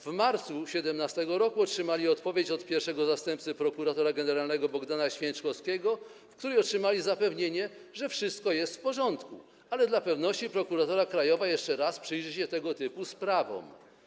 W marcu 2017 r. otrzymali odpowiedź od pierwszego zastępcy prokuratora generalnego Bogdana Święczkowskiego, w której otrzymali zapewnienie, że wszystko jest w porządku, ale dla pewności Prokuratura Krajowa jeszcze raz przyjrzy się tego typu sprawom.